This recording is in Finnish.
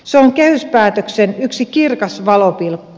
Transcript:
se on kehyspäätöksen yksi kirkas valopilkku